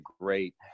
great